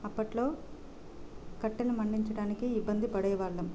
అప్పట్లో కట్టెలు మండించడానికి ఇబ్బంది పడేవాళ్ళం